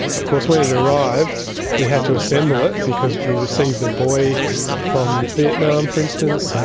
of course when it arrived we had to assemble it because we received the buoy from vietnam, for instance.